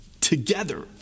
together